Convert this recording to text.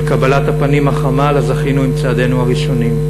על קבלת הפנים החמה שזכינו לה עם צעדינו הראשונים.